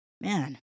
man